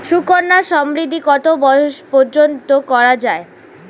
সুকন্যা সমৃদ্ধী কত বয়স পর্যন্ত করা যায়?